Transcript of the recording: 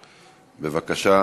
בבקשה,